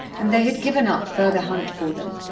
and they had given up further hunt for them.